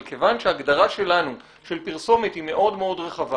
אבל כיוון שההגדרה שלנו של פרסומת היא מאוד רחבה,